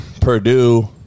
Purdue